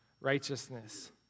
righteousness